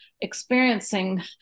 experiencing